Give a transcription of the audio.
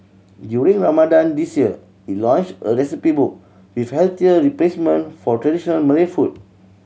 during Ramadan this year it launched a recipe book with healthier replacement for traditional Malay food